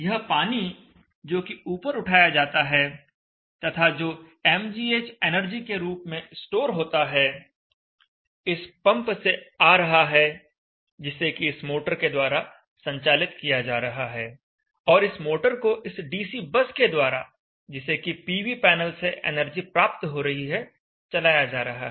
यह पानी जोकि ऊपर उठाया जाता है तथा जो mgh एनर्जी के रूप में स्टोर होता है इस पंप से आ रहा है जिसे कि इस मोटर के द्वारा संचालित किया जा रहा है और इस मोटर को इस डीसी बस के द्वारा जिसे कि पीवी पैनल से एनर्जी प्राप्त हो रही है चलाया जा रहा है